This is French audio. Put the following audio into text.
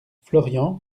florian